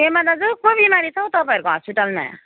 पेमा दाजु को बिमारी छ हो तपाईँहरूको हस्पिटलमा